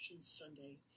Sunday